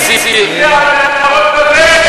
תגיד "על נהרות בבל",